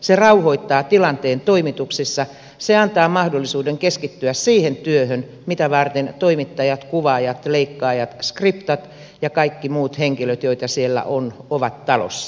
se rauhoittaa tilanteen toimituksissa se antaa mahdollisuuden keskittyä siihen työhön mitä varten toimittajat kuvaajat leikkaajat skriptat ja kaikki muut henkilöt joita siellä on ovat talossa